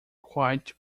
quite